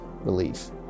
relief